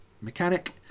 mechanic